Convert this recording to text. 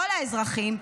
כל האזרחים,